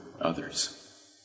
others